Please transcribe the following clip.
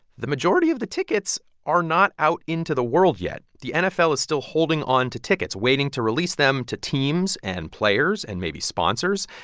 the majority of the tickets are not out into the world yet. the nfl is still holding on to tickets, waiting to release them to teams and players and maybe sponsors.